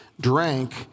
drank